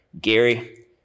Gary